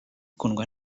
ikundwa